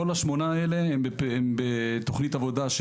כל השמונה האלה הם בתוכנית עבודה,